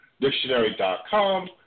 Dictionary.com